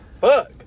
fuck